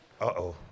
Uh-oh